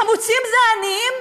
חמוצים זה העניים?